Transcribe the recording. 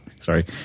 Sorry